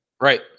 Right